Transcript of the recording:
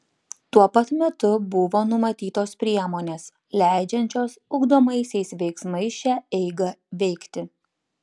tuo pat metu buvo numatytos priemonės leidžiančios ugdomaisiais veiksmais šią eigą veikti